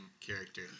character